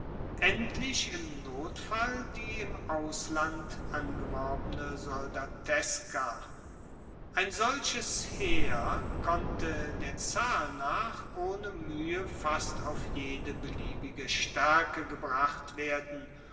endlich im notfall die im ausland angeworbene soldateska ein solches heer konnte der zahl nach ohne muehe fast auf jede beliebige staerke gebracht werden